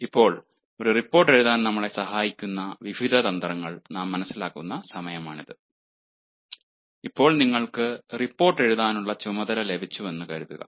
ഇപ്പോൾ ഒരു റിപ്പോർട്ട് എഴുതാൻ നമ്മളെ സഹായിക്കുന്ന വിവിധ തന്ത്രങ്ങൾ നാം മനസിലാക്കുന്ന സമയമാണിത് ഇപ്പോൾ നിങ്ങൾക്ക് റിപ്പോർട്ട് എഴുതാനുള്ള ചുമതല ലഭിച്ചുവെന്ന് കരുതുക